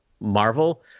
Marvel –